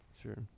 Sure